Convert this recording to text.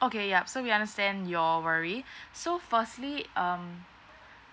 okay ya so we understand your worry so firstly um